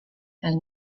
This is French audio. elle